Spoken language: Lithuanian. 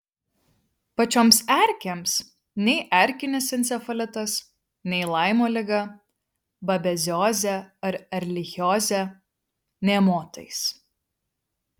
pačioms erkėms nei erkinis encefalitas nei laimo liga babeziozė ar erlichiozė nė motais